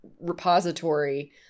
repository